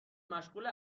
مشغول